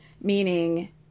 meaning